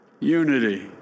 unity